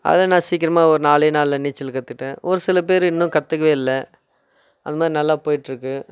அதை நான் சீக்கிரமாக ஒரு நாலே நாளில் நீச்சல் கற்றுக்கிட்டேன் ஒரு சில பேர் இன்னும் கற்றுக்கவே இல்லை அதுமாதிரி நல்லா போயிட்டுருக்கு